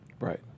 Right